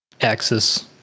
axis